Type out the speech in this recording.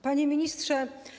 Panie Ministrze!